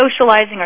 socializing